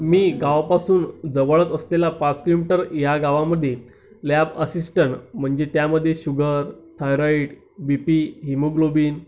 मी गावापासून जवळच असलेला या गावामध्ये लॅब असिस्टंट म्हणजे त्यामध्ये sugar thyroid B P haemoglobin